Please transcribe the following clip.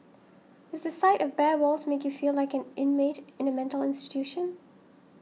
does the sight of bare walls make you feel like an inmate in a mental institution